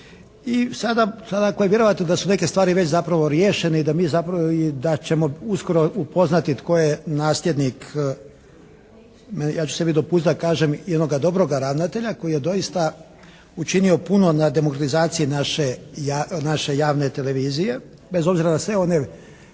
i sada ako je vjerojatno da su neke stvari već zapravo riješene i da mi zapravo, i da ćemo uskoro upoznati tko je nasljednik, ja ću sebi dopustiti da kažem, jednoga dobroga ravnatelja koji je doista učinio puno na demokratizaciji naše javne televizije. Bez obzira na sve one